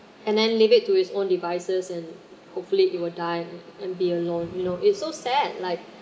and then leave it to his own devices and hopefully it will die and be alone you know it's so sad like